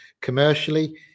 commercially